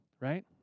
right